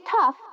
tough